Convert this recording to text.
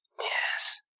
Yes